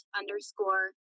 underscore